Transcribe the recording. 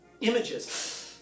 images